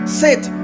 sit